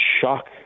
shock